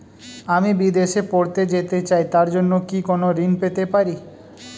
আমি বিদেশে পড়তে যেতে চাই তার জন্য কি কোন ঋণ পেতে পারি?